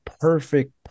perfect